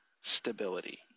stability